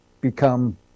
become